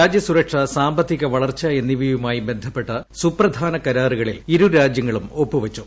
രാജ്യ സുരക്ഷ സാമ്പത്തിക വള്ർച്ച് എന്നിവയുമായി ബന്ധപ്പെട്ട സുപ്രധാന കരാറുകളിൽ ഇരുരാജ്യൂങ്ങളും ഒപ്പുവച്ചു